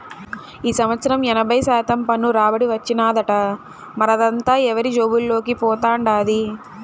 ఈ సంవత్సరం ఎనభై శాతం పన్ను రాబడి వచ్చినాదట, మరదంతా ఎవరి జేబుల్లోకి పోతండాది